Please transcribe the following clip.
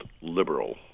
liberal